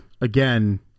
again